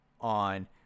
on